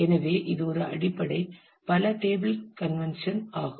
எனவே இது ஒரு அடிப்படை பல டேபிள் கன்வென்ஷன் ஆகும்